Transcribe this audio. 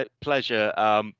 pleasure